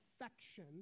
affection